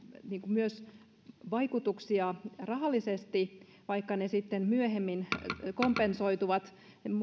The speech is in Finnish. myös vaikutuksia rahallisesti vaikka ne sitten myöhemmin kompensoituvat